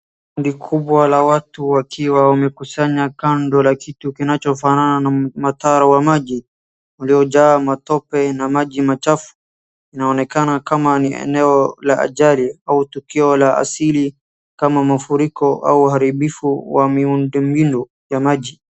Kundi kikubwa la watu wakiwa wamekusanya kando ya kitu kinachofanana na mtaro wa maji uliyojaa matope na maji chafu. Inaonekana kwamba ni eneo la ajali au tukio la asili kama mafuriko au uharibifu wa miundumbiu ya maji.